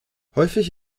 häufig